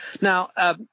Now